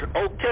Okay